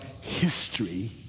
history